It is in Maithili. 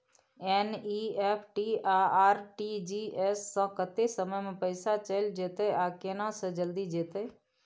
एन.ई.एफ.टी आ आर.टी.जी एस स कत्ते समय म पैसा चैल जेतै आ केना से जल्दी जेतै?